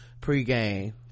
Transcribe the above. pregame